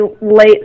late